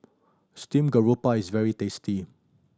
steamed garoupa is very tasty